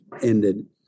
ended